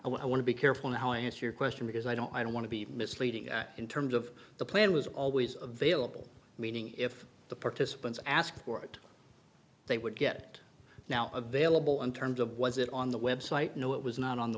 i want to be careful now answer your question because i don't i don't want to be misleading in terms of the plan was always available meaning if the participants asked for it they would get now available in terms of was it on the website no it was not on the